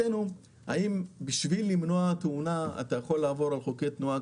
האם בשביל למנוע תאונה אתה יכול לעבור על חוקי תנועה